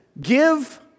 give